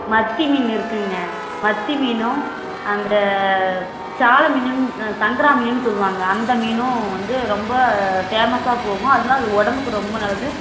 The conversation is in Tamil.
மத்தி மீன் இருக்குதுங்க மத்தி மீனும் அந்த சால மீனுன்னு சங்கரா மீனுன்னு சொல்வாங்க அந்த மீன் வந்து ரொம்ப ஃபேமஸாக போகும் அதுன்னா அது உடம்புக்கு நல்லது